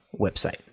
website